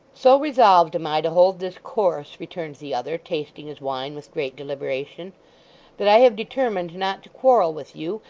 so resolved am i to hold this course returned the other, tasting his wine with great deliberation that i have determined not to quarrel with you,